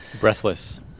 Breathless